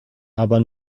aber